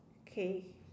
okay